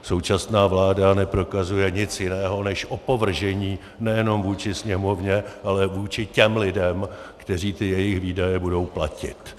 Současná vláda neprokazuje nic jiného než opovržení nejenom vůči Sněmovně, ale vůči těm lidem, kteří ty jejich výdaje budou platit.